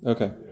Okay